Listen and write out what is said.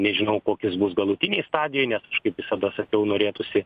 nežinau kokios bus galutinėj stadijoj nes kaip visada sakiau norėtųsi